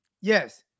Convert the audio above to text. yes